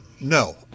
no